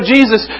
Jesus